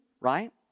right